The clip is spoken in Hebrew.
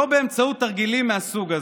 לא באמצעות תרגילים מהסוג הזה.